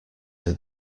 that